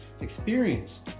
experience